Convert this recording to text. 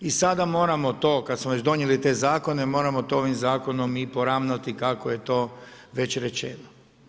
I sada moramo to kad smo već donijeli te zakone, moramo to ovim zakonom i poravnati kako je to već rečeno.